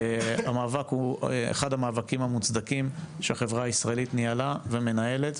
המאבק הוא אחד המאבקים המוצדקים שהחברה הישראלית ניהלה ומנהלת,